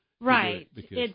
Right